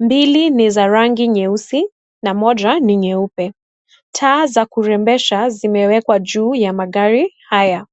mbili ni za rangi nyeusi na moja nyeupe, taa za kurembesha zimewekwa juu ya magari haya.